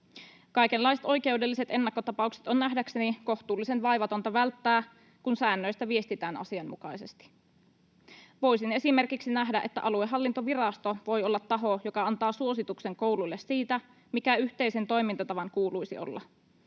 Kaikenlaiset oikeudelliset ennakkotapaukset on nähdäkseni kohtuullisen vaivatonta välttää, kun säännöistä viestitään asianmukaisesti. Voisin esimerkiksi nähdä, että aluehallintovirasto voi olla taho, joka antaa suosituksen kouluille siitä, mikä yhteisen toimintatavan kuuluisi olla.